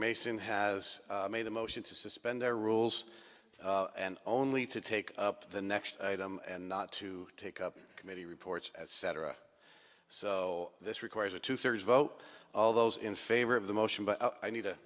mason has made a motion to suspend their rules only to take up the next item and not to take up committee reports etc so this requires a two thirds vote all those in favor of the motion but i need